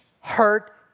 hurt